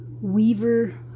Weaver